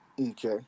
Okay